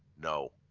No